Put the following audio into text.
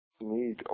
need